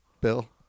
bill